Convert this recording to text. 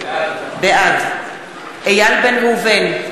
בעד איל בן ראובן,